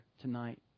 tonight